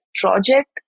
project